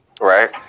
Right